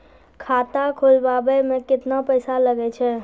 खाता खोलबाबय मे केतना पैसा लगे छै?